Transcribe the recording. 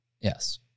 Yes